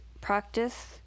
practice